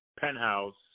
penthouse